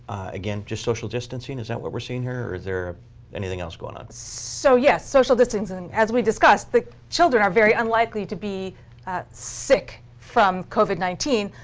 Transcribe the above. again, just social distancing is that what we're seeing here, or is there anything else going on? so yes, social distancing. as we discussed, the children are very unlikely to be sick from covid nineteen.